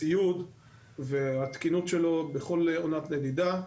הציוד והתקינות שלו בכל עונת נדידה,